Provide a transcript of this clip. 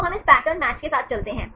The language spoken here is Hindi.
तो हम इस पैटर्न मैच के साथ चलते हैं